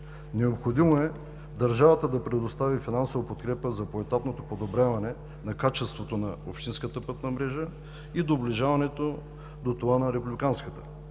Необходимо е държавата да предостави финансова подкрепа за поетапното подобряване на качеството на общинската пътна мрежа и доближаването до това на републиканската.